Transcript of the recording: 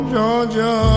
Georgia